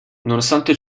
nonostante